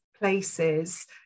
places